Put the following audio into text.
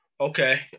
Okay